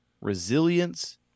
resilience—